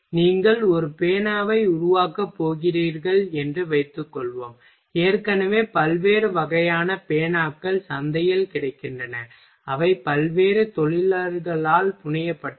நீங்கள் ஒரு பேனாவை உருவாக்கப் போகிறீர்கள் என்று வைத்துக்கொள்வோம் ஏற்கனவே பல்வேறு வகையான பேனாக்கள் சந்தையில் கிடைக்கின்றன அவை பல்வேறு தொழில்களால் புனையப்பட்டவை